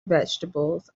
vegetables